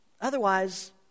otherwise